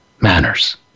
manners